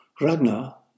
Ragnar